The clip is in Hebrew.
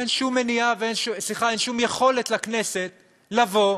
אין שום יכולת לכנסת לבוא